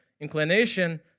inclination